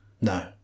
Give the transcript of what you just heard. No